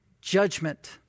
judgment